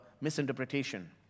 misinterpretation